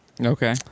Okay